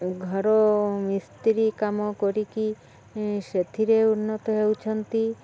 ଘର ମିସ୍ତ୍ରୀ କାମ କରିକି ସେଥିରେ ଉନ୍ନତ ହେଉଛନ୍ତି